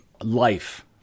life